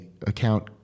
account